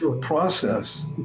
process